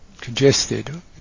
congested